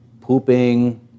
pooping